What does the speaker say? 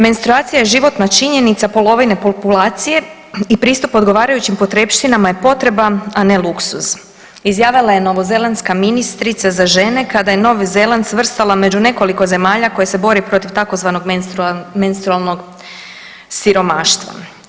Menstruacija je životna činjenica polovine populacije i pristup odgovarajućim potrepštinama je potreba, a ne luksuz izjavila je novozelandska ministrica za žene kada je Novi Zeland svrstala među nekoliko zemalja koje se bore protiv tzv. menstrualnog siromaštva.